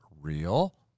real